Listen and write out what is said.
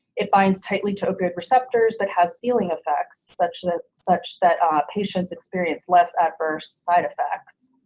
it binds tightly to opioid receptors that have ceiling effects such that such that um patients experience less adverse side effects.